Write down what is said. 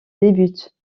débute